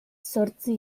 zortzi